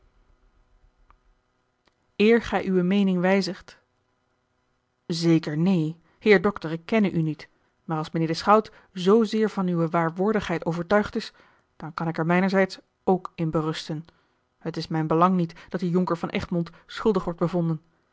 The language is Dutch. gij uwe meening wijzigt zeker neen heer dokter ik kenne u niet maar als mijnheer de schout zoozeer van uwe waarwoordigheid overtuigd is dan kan ik er mijnerzijds ook in berusten het is mijn belang niet dat die jonker van egmond schuldig wordt bevonden